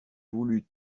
voulu